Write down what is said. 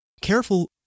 careful